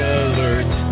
alert